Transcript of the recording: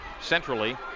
centrally